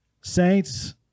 Saints